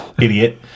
idiot